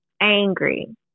angry